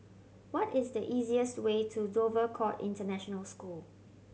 what is the easiest way to Dover Court International School